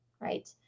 right